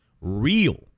real